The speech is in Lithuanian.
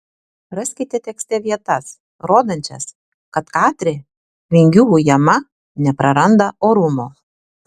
raskite tekste vietas rodančias kad katrė vingių ujama nepraranda orumo